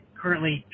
currently